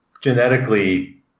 genetically